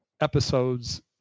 episodes